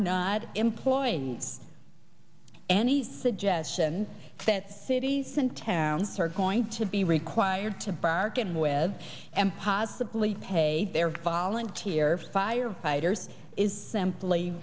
not employed any suggestion that cities and towns are going to be required to bargain with em possibly pay their volunteer firefighters is simply